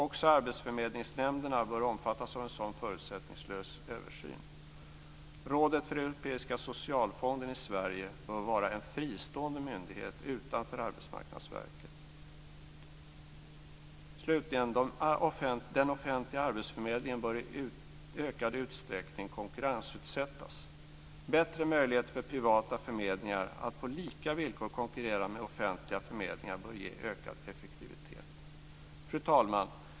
Också arbetsförmedlingsnämnderna bör omfattas av en sådan förutsättningslös översyn. Rådet för europeiska socialfonden i Sverige bör vara en fristående myndighet utanför Arbetsmarknadsverket. Slutligen bör den offentliga arbetsförmedlingen i ökad utsträckning konkurrensutsättas. Bättre möjlighet för privata förmedlingar att på lika villkor konkurrera med offentliga förmedlingar bör ge ökad effektivitet. Fru talman!